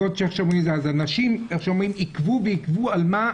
אז אנשים, איך שאומרים, עיכבו ועיכבו על מה?